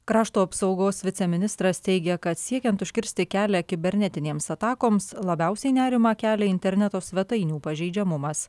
krašto apsaugos viceministras teigia kad siekiant užkirsti kelią kibernetinėms atakoms labiausiai nerimą kelia interneto svetainių pažeidžiamumas